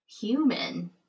human